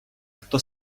хто